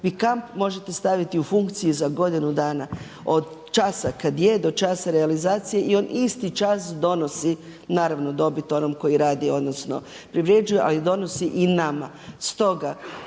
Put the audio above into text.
vi kamp možete staviti u funkciju za godinu dana od časa kada je do časa realizacije i on isti čas donosi naravno dobit onom koji radi odnosno privređuje, ali donosi i nama.